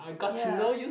ya